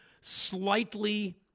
slightly –